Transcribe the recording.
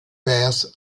bears